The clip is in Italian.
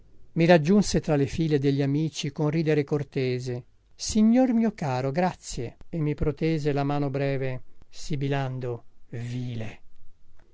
mi raggiunse tra le file degli amici con ridere cortese signor mio caro grazie e mi protese la mano breve sibilando vile